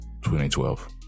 2012